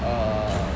err